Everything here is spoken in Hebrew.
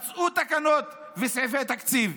מצאו תקנות וסעיפי תקציב,